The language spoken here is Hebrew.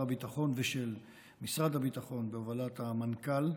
הביטחון ושל משרד הביטחון בהובלת המנכ"ל,